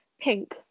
pink